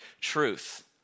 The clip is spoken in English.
truth